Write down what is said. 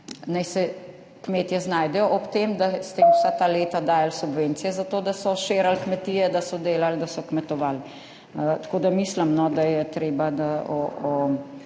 naj se kmetje znajdejo, ob tem, da ste jim vsa ta leta dajali subvencije za to, da so širili kmetije, da so delali, da so kmetovali. Mislim, da je treba,